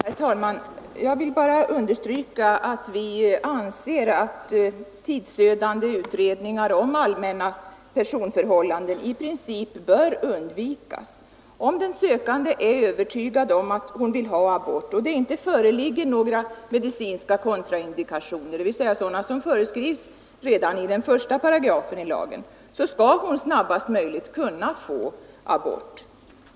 Herr talman! Jag vill bara understryka att vi anser att tidsödande utredningar om allmänna personförhållanden i princip bör undvikas. Om den sökande är övertygad om att hon vill ha abort och det inte föreligger några medicinska kontraindikationer, dvs. sådana som föreskrivs redan i den första paragrafen i lagen, så skall hon snabbast möjligt kunna få abort.